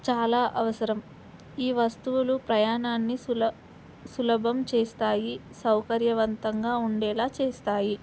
చాలా అవసరం ఈ వస్తువులు ప్రయాణాన్ని సుల సులభం చేస్తాయి సౌకర్యవంతంగా ఉండేలా చేస్తాయి